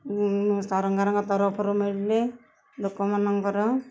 ସରକାରଙ୍କ ତରଫରୁ ମିଳିଲେ ଲୋକମାନଙ୍କର